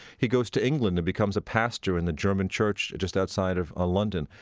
he goes to england and becomes a pastor in the german church just outside of ah london.